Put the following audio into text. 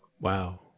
Wow